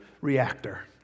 reactor